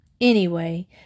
Anyway